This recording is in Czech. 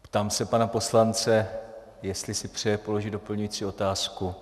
Ptám se pana poslance, jestli si přeje položit doplňující otázku.